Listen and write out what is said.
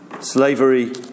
slavery